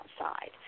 outside